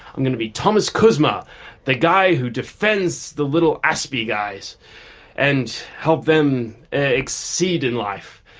i'm going to be thomas kuzma the guy who defends the little aspie guys and help them succeed in life.